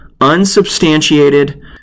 unsubstantiated